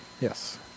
Yes